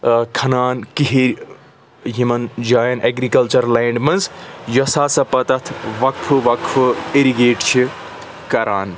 کھَنان کِہِرۍ یمن جاین ایٚگریکَلچرل لینٛڈ مَنٛز یۅسہٕ ہَسا پَتہٕ اَتھ وَقفہٕ وقفہٕ اِرِگیٹ چھِ کَران